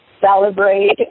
celebrate